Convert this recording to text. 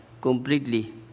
completely